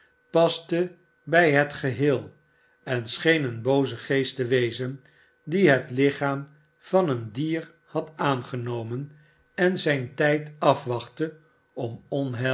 paste bij het geheel en scheen een booze geest te wezen die het lichaam van een dier had aangenomen en zijn tijd afwachtte om